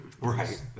right